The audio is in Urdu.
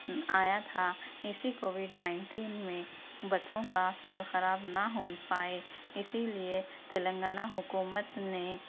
آیا تھا اسی کووڈ نائنٹین میں بچوں کا سال خراب نہ ہون پائے اسی لئے تلنگانہ حکومت نے